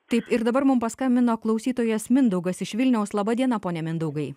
taip ir dabar mums paskambino klausytojas mindaugas iš vilniaus laba diena pone mindaugai